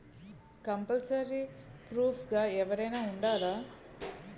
Compulsory proof గా ఎవరైనా ఉండాలా?